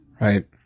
Right